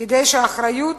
כדי שהאחריות